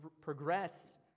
progress